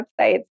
websites